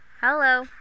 Hello